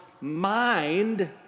mind